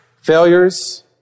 failures